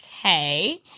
okay